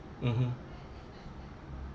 mmhmm